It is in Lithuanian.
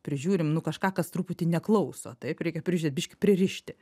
prižiūrim nu kažką kas truputį neklauso taip reikia prižiūrėt biškį pririšti